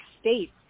states